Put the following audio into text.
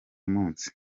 munsi